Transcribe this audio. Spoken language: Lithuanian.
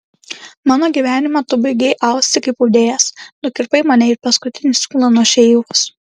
mano gyvenimą tu baigei austi kaip audėjas nukirpai mane it paskutinį siūlą nuo šeivos